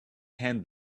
hand